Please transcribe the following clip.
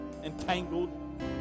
entangled